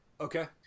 Okay